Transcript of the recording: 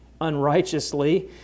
unrighteously